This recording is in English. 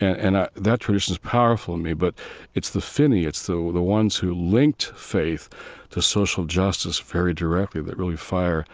and, and ah that tradition is powerful to me, but it's the finneyists, so the ones who linked faith to social justice very directly, that really fire